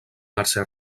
mercè